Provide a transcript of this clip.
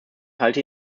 halte